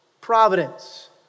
providence